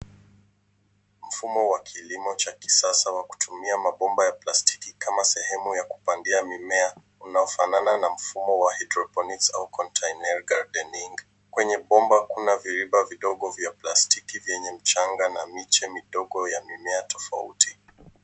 Mfumo wa kilimo cha kisasa wa kutumia mabomba ya plastiki kama sehemu ya kupandia mimea unaofanana na mfumo wa hydroponics au container gardening . Kwenye bomba kuna viriba vidogo vya plastiki vyenye mchanga na miche midogo ya mimea tofauti.